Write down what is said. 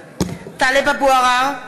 (קוראת בשמות חברי הכנסת) טלב אבו עראר,